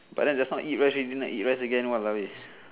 but then just now eat rice ready now eat rice again !walao! eh